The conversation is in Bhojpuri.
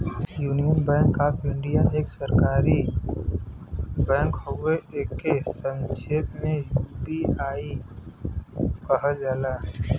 यूनियन बैंक ऑफ़ इंडिया एक सरकारी बैंक हउवे एके संक्षेप में यू.बी.आई कहल जाला